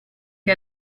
che